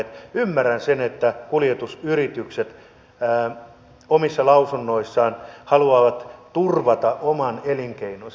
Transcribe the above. ymmärrän sen että kuljetusyritykset omissa lausunnoissaan haluavat turvata oman elinkeinonsa